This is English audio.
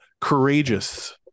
courageous